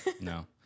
No